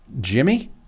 Jimmy